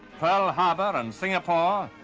pearl harbor and singapore,